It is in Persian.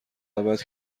ابد